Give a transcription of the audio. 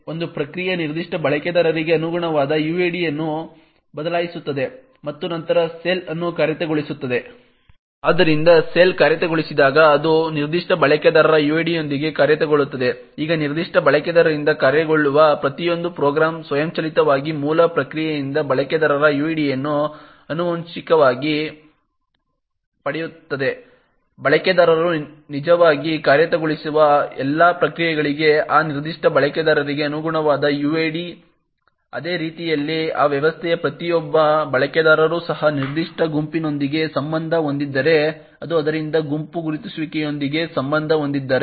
ಒಂದು ಪ್ರಕ್ರಿಯೆ ನಿರ್ದಿಷ್ಟ ಬಳಕೆದಾರರಿಗೆ ಅನುಗುಣವಾದ uid ಅನ್ನು ಬದಲಾಯಿಸುತ್ತದೆ ಮತ್ತು ನಂತರ ಶೆಲ್ ಅನ್ನು ಕಾರ್ಯಗತಗೊಳಿಸುತ್ತದೆ ಆದ್ದರಿಂದ ಶೆಲ್ ಕಾರ್ಯಗತಗೊಳಿಸಿದಾಗ ಅದು ನಿರ್ದಿಷ್ಟ ಬಳಕೆದಾರರ ಯುಐಡಿಯೊಂದಿಗೆ ಕಾರ್ಯಗತಗೊಳ್ಳುತ್ತದೆ ಈಗ ನಿರ್ದಿಷ್ಟ ಬಳಕೆದಾರರಿಂದ ಕಾರ್ಯಗತಗೊಳ್ಳುವ ಪ್ರತಿಯೊಂದು ಪ್ರೋಗ್ರಾಂ ಸ್ವಯಂಚಾಲಿತವಾಗಿ ಮೂಲ ಪ್ರಕ್ರಿಯೆಯಿಂದ ಬಳಕೆದಾರರ ಐಡಿಯನ್ನು ಆನುವಂಶಿಕವಾಗಿ ಪಡೆಯುತ್ತದೆ ಬಳಕೆದಾರರು ನಿಜವಾಗಿ ಕಾರ್ಯಗತಗೊಳಿಸುವ ಎಲ್ಲಾ ಪ್ರಕ್ರಿಯೆಗಳಿಗೆ ಆ ನಿರ್ದಿಷ್ಟ ಬಳಕೆದಾರರಿಗೆ ಅನುಗುಣವಾದ ಯುಐಡಿ ಅದೇ ರೀತಿಯಲ್ಲಿ ಆ ವ್ಯವಸ್ಥೆಯ ಪ್ರತಿಯೊಬ್ಬ ಬಳಕೆದಾರರೂ ಸಹ ನಿರ್ದಿಷ್ಟ ಗುಂಪಿನೊಂದಿಗೆ ಸಂಬಂಧ ಹೊಂದಿದ್ದಾರೆ ಮತ್ತು ಆದ್ದರಿಂದ ಗುಂಪು ಗುರುತಿಸುವಿಕೆಯೊಂದಿಗೆ ಸಂಬಂಧ ಹೊಂದಿದ್ದಾರೆ